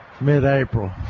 mid-April